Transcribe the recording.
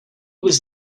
was